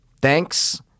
Thanks